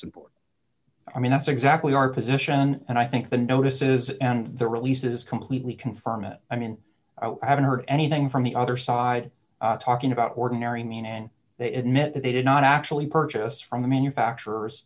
important i mean that's exactly our position and i think the notices and the releases completely confirm it i mean i haven't heard anything from the other side talking about ordinary meaning they admit that they did not actually purchase from the manufacturers